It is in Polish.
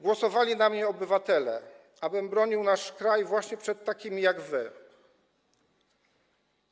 Głosowali na mnie obywatele, abym bronił nasz kraj właśnie przed takimi jak wy.